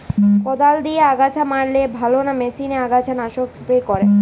কদাল দিয়ে আগাছা মারলে ভালো না মেশিনে আগাছা নাশক স্প্রে করে?